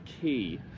key